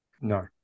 No